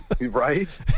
Right